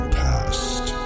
past